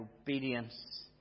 obedience